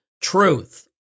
truth